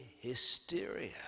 hysteria